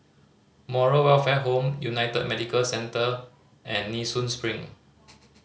Moral Welfare Home United Medicare Centre and Nee Soon Spring